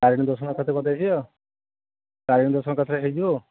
ତାରିଣୀ ଦର୍ଶନ ଏକା ଥରକେ ହେଇଯିବ ତାରିଣୀ ଦର୍ଶନ ଏକାଥରେ ହେଇଯିବ ଆଉ